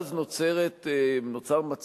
ואז נוצר מצב,